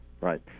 Right